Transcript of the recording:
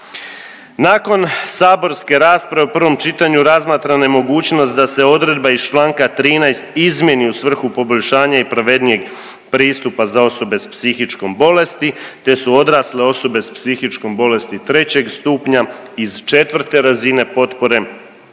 Nakon saborske rasprave u prvom čitanju razmatrana je mogućnost da se odredba iz čl. 13. izmijeni u svrhu poboljšanja i pravednijeg pristupa za osobe s psihičkom bolesti te su odrasle osobe s psihičkom bolesti trećeg stupnja iz četvrtke razine potpore